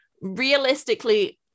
realistically-